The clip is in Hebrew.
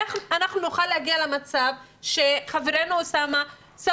איך נוכל להגיע למצב שחברנו אוסאמה לא